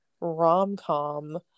rom-com